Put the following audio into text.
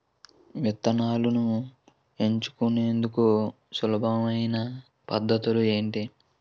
విత్తనాలను ఎంచుకునేందుకు సులభమైన పద్ధతులు ఏంటి?